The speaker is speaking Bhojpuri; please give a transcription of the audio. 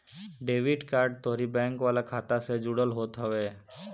डेबिट कार्ड तोहरी बैंक वाला खाता से जुड़ल होत हवे